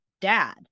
dad